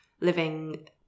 Living